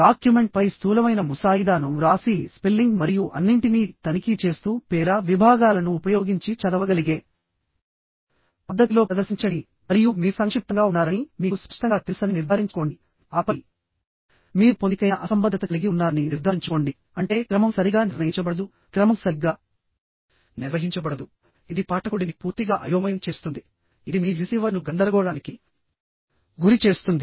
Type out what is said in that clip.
document పై స్థూలమైన ముసాయిదాను వ్రాసి స్పెల్లింగ్ మరియు అన్నింటినీ తనిఖీ చేస్తూ పేరా విభాగాలను ఉపయోగించి చదవగలిగే పద్ధతిలో ప్రదర్శించండి మరియు మీరు సంక్షిప్తంగా ఉన్నారని మీకు స్పష్టంగా తెలుసని నిర్ధారించుకోండి ఆపై మీరు పొందికైన అసంబద్ధత కలిగి ఉన్నారని నిర్ధారించుకోండి అంటే క్రమం సరిగ్గా నిర్ణయించబడదు క్రమం సరిగ్గా నిర్వహించబడదు ఇది పాఠకుడిని పూర్తిగా అయోమయం చేస్తుంది ఇది మీ రిసీవర్ను గందరగోళానికి గురి చేస్తుంది